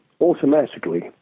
automatically